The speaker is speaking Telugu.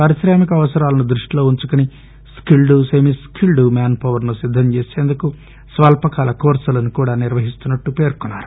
పారిశ్రామిక అవసరాలను దృష్టిలో ఉంచుకుని skilled semi skilled manpower ను సిద్దంచేసిందుకు స్వల్పకాల కోర్పులను కూడా నిర్వహిస్తున్నట్లు పేర్కొన్నారు